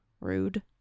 Rude